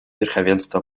верховенства